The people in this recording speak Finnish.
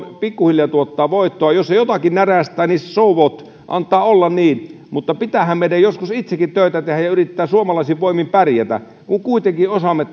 pikkuhiljaa tuottaa voittoa jos se jotakin närästää niin so what antaa olla niin mutta pitäähän meidän joskus itsekin töitä tehdä ja yrittää suomalaisin voimin pärjätä kun kuitenkin osaamme